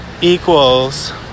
equals